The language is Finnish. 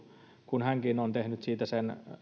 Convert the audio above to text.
kun hänkin on tehnyt siitä